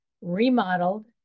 remodeled